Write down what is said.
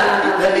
שאחד,